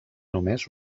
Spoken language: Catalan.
només